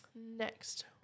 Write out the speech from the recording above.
Next